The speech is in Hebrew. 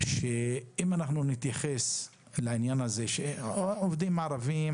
שאם אנחנו נתייחס לעניין הזה שהם עובדים ערבים,